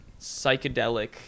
psychedelic